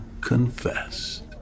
confessed